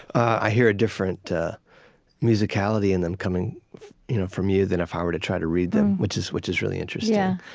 i hear a different musicality in them coming from you than if i were to try to read them, which is which is really interesting yeah.